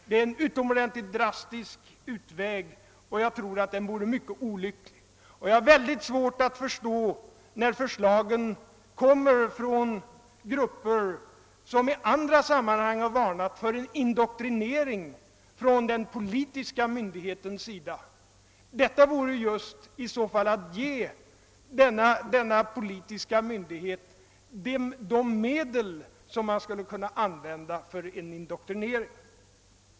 Det är en utomordentligt drastisk utväg, och jag tror att den vore mycket olycklig. — Jag har verkligt svårt att förstå att dessa förslag kommer från grupper som i andra sammanhang har varnat för en indoktrinering från den politiska myndighetens sida. Detta vore ju att ge denna politiska myndighet de medel som skulle kunna användas för en indoktrinering.